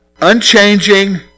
Unchanging